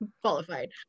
qualified